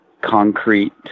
concrete